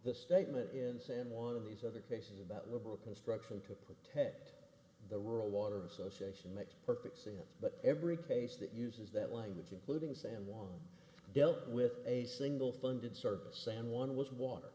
the statement ins and one of these other cases about liberal construction to protect the rural water association makes perfect sense but every case that uses that language including san juan dealt with a single funded service sam one was water